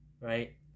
Right